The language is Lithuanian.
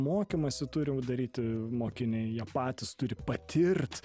mokymąsi turi daryti mokiniai jie patys turi patirt